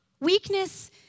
weakness